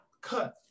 cut